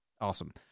Awesome